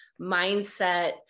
mindset